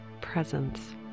presence